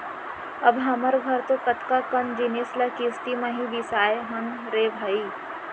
अब हमर घर तो कतका कन जिनिस ल किस्ती म ही बिसाए हन रे भई